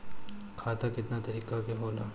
खाता केतना तरीका के होला?